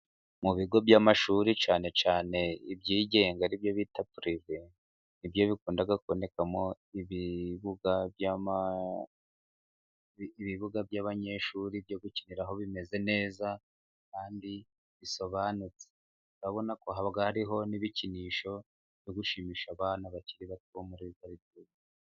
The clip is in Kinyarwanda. Mu bigo by'amashuri cyane cyane iby'igenga, ari byo bita pirive, ni byo bikunda kubonekamo ibibuga. Ibibuga by'abanyeshuri byo gukiniraho bimeze neza bisobanutse. Urabona ko n'ibikinisho byo gushimisha abana bakiri bato.